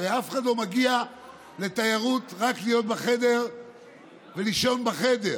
הרי אף אחד לא מגיע לתיירות רק להיות בחדר ולישון בחדר.